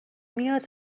میاد